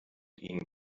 ihnen